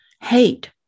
hate